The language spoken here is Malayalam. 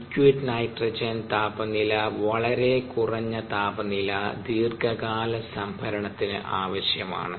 ലിക്വിഡ് നൈട്രജൻ താപനില വളരെ കുറഞ്ഞ താപനില ദീർഘകാല സംഭരണത്തിന് ആവശ്യമാണ്